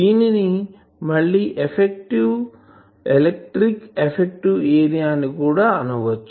దీనిని మళ్ళి electric effective area అని అనవచ్చు